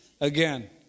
again